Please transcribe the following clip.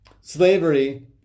Slavery